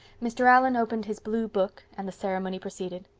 mr. allan opened his blue book and the ceremony proceeded.